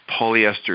polyester